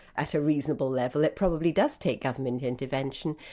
at a reasonable level, it probably does take government intervention,